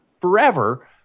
forever